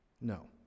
No